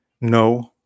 no